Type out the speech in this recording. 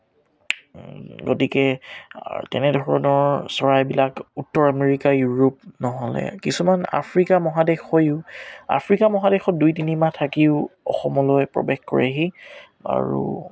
গতিকে তেনেধৰণৰ চৰাইবিলাক উত্তৰ আমেৰিকা ইউৰোপ নহ'লে কিছুমান আফ্ৰিকা মহাদেশৰো আফ্ৰিকা মহাদেশত দুই তিনিমাহ থাকিও অসমলৈ প্ৰৱেশ কৰেহি আৰু